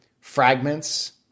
fragments